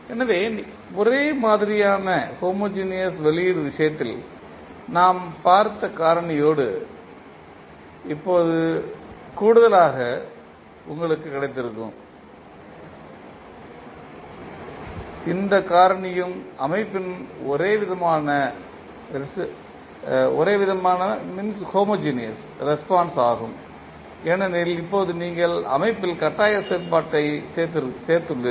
எனவே ஒரே மாதிரியான வெளியீடு விஷயத்தில் நாம் பார்த்த காரணியோடு இப்போது கூடுதலாக உங்களுக்கு கிடைத்திருக்கும் இந்த காரணியும் அமைப்பின் ஒரேவிதமான ரெஸ்பான்ஸ் ஆகும் ஏனெனில் இப்போது நீங்கள் அமைப்பில் கட்டாய செயல்பாட்டைச் சேர்த்துள்ளீர்கள்